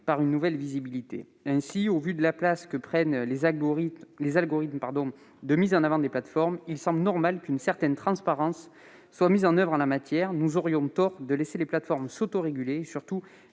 une certaine visibilité. Aussi, au vu de la place que prennent les algorithmes de mise en avant des plateformes, il semble normal qu'une certaine transparence soit appliquée. Nous aurions tort de laisser les plateformes s'autoréguler et surtout